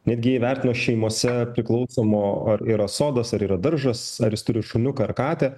netgi įvertino šeimose priklausomo ar yra sodos ar yra daržas ar jis turi šuniuką ar katę